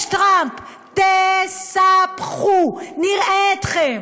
יש טראמפ, ת-ספ-חו, נראה אתכם.